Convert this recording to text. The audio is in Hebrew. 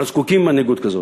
אנחנו זקוקים למנהיגות כזאת.